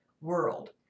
world